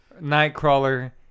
nightcrawler